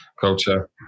culture